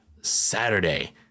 Saturday